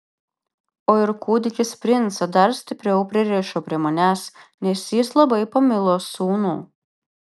o ir kūdikis princą dar stipriau pririšo prie manęs nes jis labai pamilo sūnų